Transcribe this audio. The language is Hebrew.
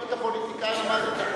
לא את הפוליטיקאים, רק את הפוליטיקה.